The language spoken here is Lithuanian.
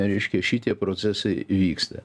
reiškia šitie procesai vyksta